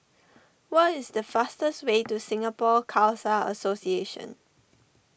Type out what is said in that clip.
what is the fastest way to Singapore Khalsa Association